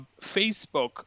Facebook